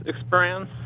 experience